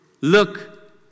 look